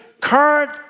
current